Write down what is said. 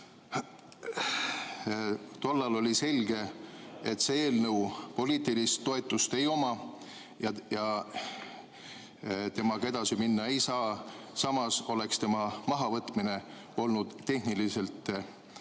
Tol ajal oli selge, et see eelnõu poliitilist toetust ei oma ja temaga edasi minna ei saa. Samas oleks tema mahavõtmine olnud tehniliselt